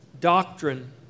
doctrine